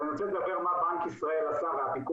אני רוצה לדבר מה בנק ישראל והפיקוח